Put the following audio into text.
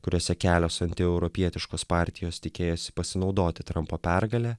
kuriuose kelios antieuropietiškos partijos tikėjosi pasinaudoti trampo pergale